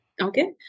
Okay